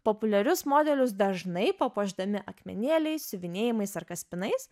populiarius modelius dažnai papuošdami akmenėliais siuvinėjimais ar kaspinais